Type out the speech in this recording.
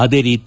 ಅದೇ ರೀತಿ